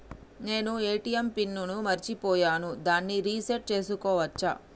నేను ATM pin ని మరచిపోయాను దాన్ని రీ సెట్ చేసుకోవచ్చా?